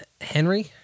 Henry